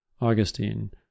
Augustine